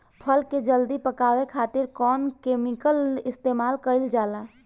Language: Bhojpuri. फल के जल्दी पकावे खातिर कौन केमिकल इस्तेमाल कईल जाला?